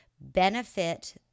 benefit